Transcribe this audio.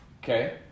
Okay